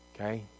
Okay